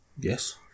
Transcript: Yes